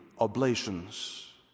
oblations